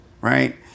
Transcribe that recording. right